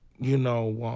you know.